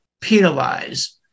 penalize